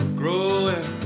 growing